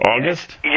August